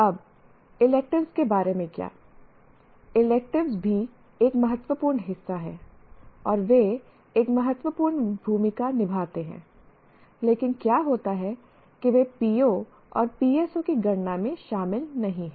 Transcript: अब इलेक्टिव के बारे में क्या इलेक्टिव भी एक महत्वपूर्ण हिस्सा हैं और वे एक महत्वपूर्ण भूमिका निभाते हैं लेकिन क्या होता है कि वे POs और PSOs की गणना में शामिल नहीं हैं